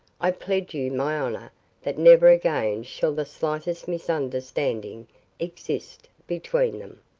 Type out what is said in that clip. i pledge you my honor that never again shall the slightest misunderstanding exist between them.